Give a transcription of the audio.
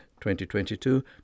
2022